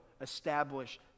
establish